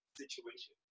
situation